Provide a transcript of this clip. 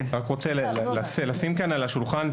אני רוצה רק לשים על השולחן,